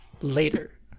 later